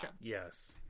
yes